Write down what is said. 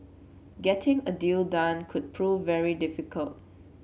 getting a deal done could prove very difficult